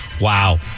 Wow